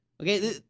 Okay